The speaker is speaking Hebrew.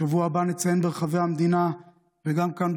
בשבוע הבא נציין ברחבי המדינה וגם כאן,